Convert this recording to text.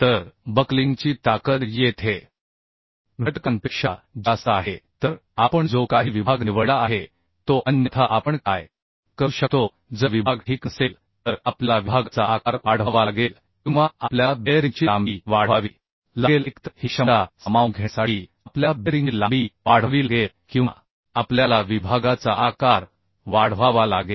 तर बक्लिंगची ताकद येथे घटकांपेक्षा जास्त आहे तर आपण जो काही विभाग निवडला आहे तो अन्यथा आपण काय करू शकतो जर विभाग ठीक नसेल तर आपल्याला विभागाचा आकार वाढवावा लागेल किंवा आपल्याला बेअरिंगची लांबी वाढवावी लागेल एकतर ही क्षमता सामावून घेण्यासाठी आपल्याला बेअरिंगची लांबी वाढवावी लागेल किंवा आपल्याला विभागाचा आकार वाढवावा लागेल